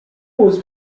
was